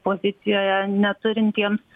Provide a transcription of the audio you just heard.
pozicijoje neturintiems